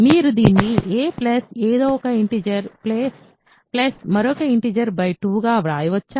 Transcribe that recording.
మీరు దీన్ని a plus ఏదో ఒక ఇంటిజర్ ప్లస్ మరొక ఇంటిజర్ 2 గా వ్రాయవచ్చా